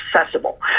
accessible